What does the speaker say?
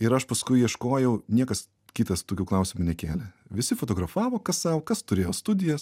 ir aš paskui ieškojau niekas kitas tokių klausimų nekėlė visi fotografavo kas sau kas turėjo studijas